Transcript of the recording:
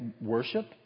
worship